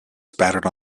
spattered